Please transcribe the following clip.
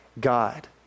God